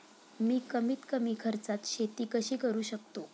मी कमीत कमी खर्चात शेती कशी करू शकतो?